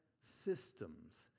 systems